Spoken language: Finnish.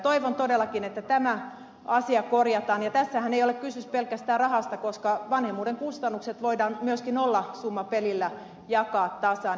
toivon todellakin että tämä asia korjataan ja tässähän ei ole kysymys pelkästään rahasta koska vanhemmuuden kustannukset voidaan myöskin nollasummapelillä jakaa tasan